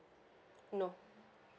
no